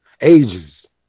ages